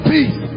Peace